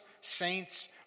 saints